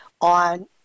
on